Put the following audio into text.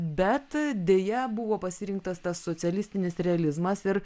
bet deja buvo pasirinktas tas socialistinis realizmas ir